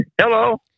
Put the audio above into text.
Hello